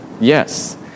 Yes